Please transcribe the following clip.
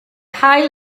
haul